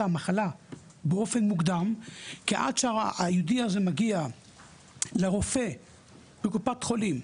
המחלה באופן מוקדם כי עד שהחולה הזה מגיע לרופא בקופת חולים,